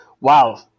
wow